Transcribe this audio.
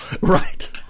Right